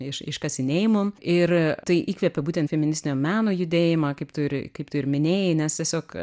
iš iškasinėjimo ir tai įkvepė būtent feministinio meno judėjimą kaip tu ir kaip tu ir minėjai nes tiesiog